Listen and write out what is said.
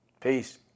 Peace